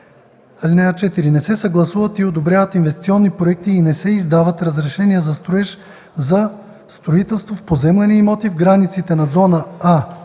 дюни. (4) Не се съгласуват и одобряват инвестиционни проекти и не се издават разрешения за строеж за строителство в поземлени имоти в границите на зона